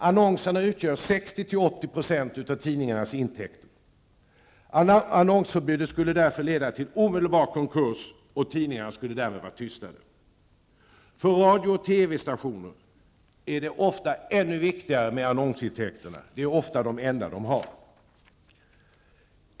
Annonserna utgör 60--80 % av tidningarnas intäkter. Annonsförbudet skulle därför leda till omedelbar konkurs, och tidningarna skulle därmed vara tystade. För radio och TV-stationer är det ofta ännu viktigare med annonsintäkter; det är ofta de enda intäkter de har.